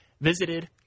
visited